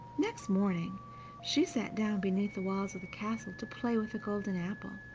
next morning she sat down beneath the walls of the castle to play with the golden apple,